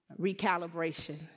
recalibration